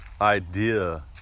idea